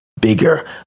bigger